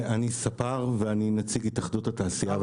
אני ספר, ואני נציג התאחדות בעלי המלאכה והתעשייה.